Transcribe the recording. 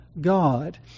God